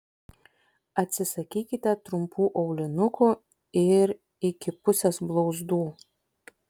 atsisakykite trumpų aulinukų ir iki pusės blauzdų